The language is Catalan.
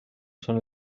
són